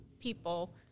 people